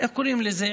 איך קוראים לזה?